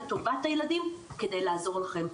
לטובת הילדים כדי לעזור לכם.